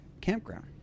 campground